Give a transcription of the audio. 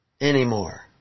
Anymore